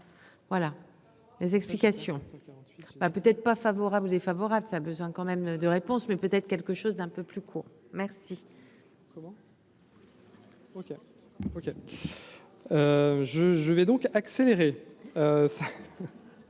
voilà les explications, c'est 48 peut être pas favorable ou défavorable, ça besoin quand même de réponse mais peut être quelque chose d'un peu plus court, merci. OK, OK, je, je vais donc accélérer